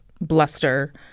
bluster